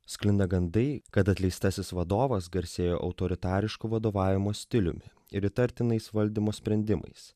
sklinda gandai kad atleistasis vadovas garsėjo autoritarišku vadovavimo stiliumi ir įtartinais valdymo sprendimais